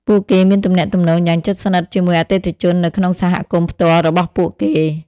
ពួកគេមានទំនាក់ទំនងយ៉ាងជិតស្និទ្ធជាមួយអតិថិជននៅក្នុងសហគមន៍ផ្ទាល់របស់ពួកគេ។